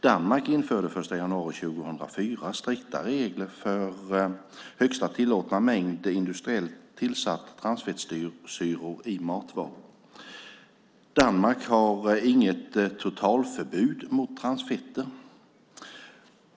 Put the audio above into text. Danmark införde den 1 januari 2004 strikta regler för högsta tillåtna mängd industriellt tillsatta transfettsyror i matvaror. Danmark har inget totalförbud mot transfetter.